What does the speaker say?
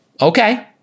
Okay